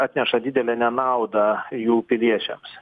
atneša didelę nenaudą jų piliečiams